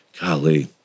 golly